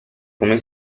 come